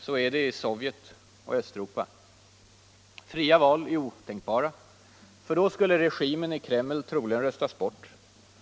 Så är det i Sovjet och i Östeuropa. Fria val är otänkbara, då skulle regimen i Kreml troligen röstas bort.